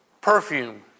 perfume